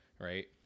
right